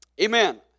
Amen